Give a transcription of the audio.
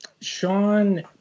Sean